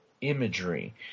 imagery